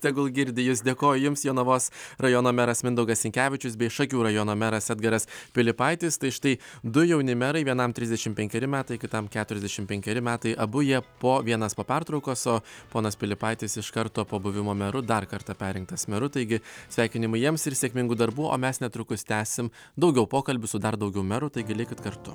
tegul girdi jus dėkoju jums jonavos rajono meras mindaugas sinkevičius bei šakių rajono meras edgaras pilypaitis tai štai du jauni merai vienam trisdešimt penkeri metai kitam keturiasdešimt penkeri metai abu jie po vienas po pertraukos o ponas pilipaitis iš karto po buvimo meru dar kartą perrinktas meru taigi sveikinimų jiems ir sėkmingų darbų o mes netrukus tęsim daugiau pokalbių su dar daugiau merų taigi likit kartu